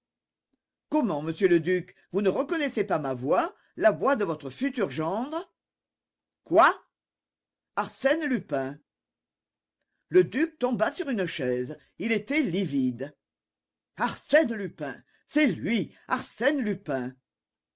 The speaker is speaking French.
comment monsieur le duc vous ne reconnaissez pas ma voix la voix de votre futur gendre quoi arsène lupin le duc tomba sur une chaise il était livide arsène lupin c'est lui arsène lupin